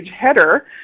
header